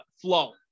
flow